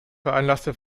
veranlasste